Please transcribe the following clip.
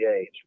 age